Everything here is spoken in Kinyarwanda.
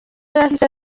yahise